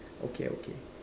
okay okay